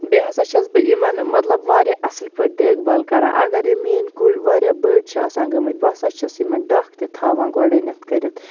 بیٚیہِ ہسا چھَس بہٕ یِمَن مطلب واریاہ اصٕل پٲٹھۍ دیکھ بال کران اگر یِم میٛٲنۍ کُلۍ واریاہ بٔڑۍ چھٕ آسان گٔمٕتۍ بہٕ ہسا چھَس یِمَن ڈَکھ تہِ تھاوان گۄڈٕنٮ۪تھ کٔرِتھ